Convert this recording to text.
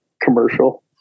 commercial